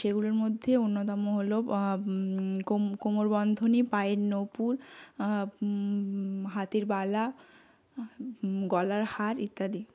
সেগুলির মধ্যে অন্যতম হল কোমরবন্ধনী পায়ের নপুর হাতের বালা গলার হার ইত্যাদি